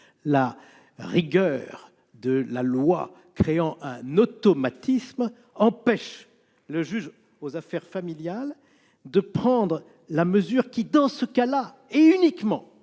la rigueur de la loi, en créant un automatisme, empêche le juge aux affaires familiales de prendre la mesure qui, dans ces cas, et uniquement